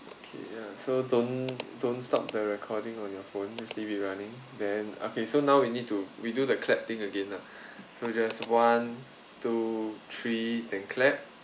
ya so don't don't stop the recording on your phone just leave it running then okay so now we need to redo the clapping again lah so just one two three and clap